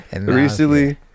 Recently